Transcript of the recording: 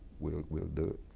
we'll we'll do it.